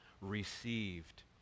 received